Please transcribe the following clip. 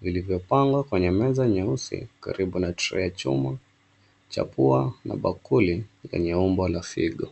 vilivyopangwa kwenye meza nyeusi karibu na tray ya chuma cha pua na bakuli lenye umbo la figo.